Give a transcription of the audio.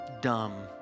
dumb